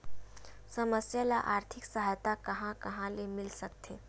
समस्या ल आर्थिक सहायता कहां कहा ले मिल सकथे?